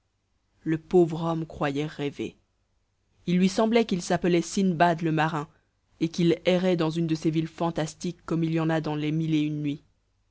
le pauvre homme croyait rêver il lui semblait qu'il s'appelait sinbad le marin et qu'il errait dans une de ces villes fantastiques comme il y en a dans les mille et une nuits